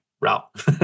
route